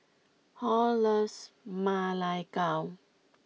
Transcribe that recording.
Hall loves Ma Lai Gao